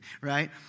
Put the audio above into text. right